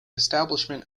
establishment